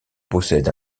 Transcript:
possède